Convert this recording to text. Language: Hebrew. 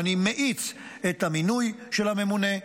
ואני מאיץ את המינוי של הממונה,